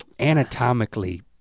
anatomically